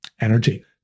energy